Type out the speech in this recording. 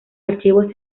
archivos